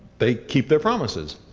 they keep their promises.